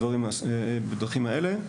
בדרכים האלה.